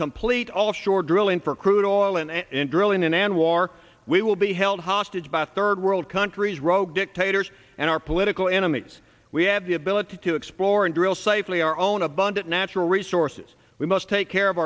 complete all shore drilling for crude oil and drilling in anwar we will be held hostage by third world countries rogue dictators and our political mates we have the ability to explore and drill safely our own abundant natural resources we must take care of